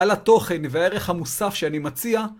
על התוכן והערך המוסף שאני מציע.